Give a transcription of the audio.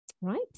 right